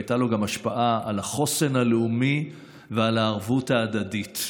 והייתה לו גם השפעה על החוסן הלאומי ועל הערבות ההדדית.